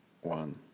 one